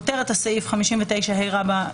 כותרת הסעיף 59ה רבא,